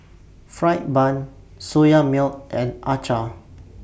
Fried Bun Soya Milk and Acar